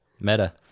Meta